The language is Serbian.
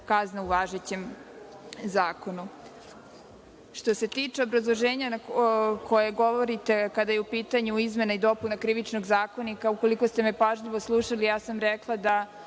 kazna u važećem zakonu. Što se tiče obrazloženja koje govorite kada je u pitanju izmena i dopuna Krivičnog zakonika, ukoliko ste me pažljivo slušali, rekla sam